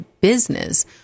business